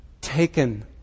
taken